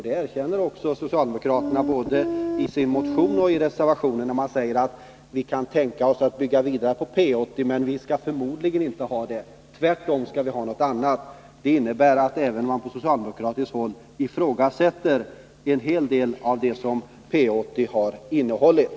Det erkänner också socialdemokraterna både i sin motion och i reservation 1, när de säger att man kan tänka sig att bygga vidare på P 80 men att vi förmodligen inte bör göra detta utan tvärtom skall välja något annat. Det innebär att man på socialdemokratiskt håll ifrågasätter en hel del av det som P80 innehåller.